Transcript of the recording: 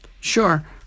Sure